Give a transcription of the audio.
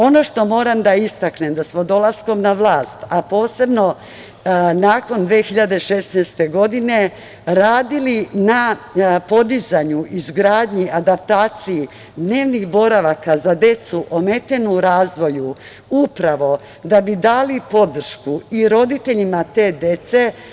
Ono što moram da istaknem je da smo dolaskom na vlast, a posebno nakon 2016. godine, radili na podizanju, izgradnji, adaptaciji dnevnih boravaka za decu ometenu u razvoju upravo da bi dali podršku i roditeljima te dece.